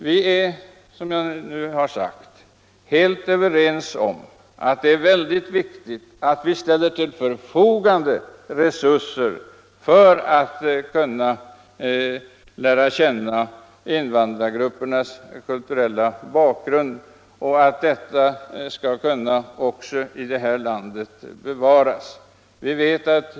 Vi är, som jag redan har sagt, helt överens om att det är mycket viktigt att vi ställer resurser till förfogande för att lära känna invandrargruppernas kulturella bakgrund och att deras kultur skall kunna bevaras också i vårt land.